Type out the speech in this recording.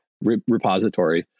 repository